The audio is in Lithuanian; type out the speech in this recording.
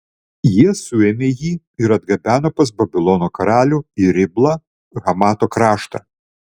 jie suėmė jį ir atgabeno pas babilono karalių į riblą hamato kraštą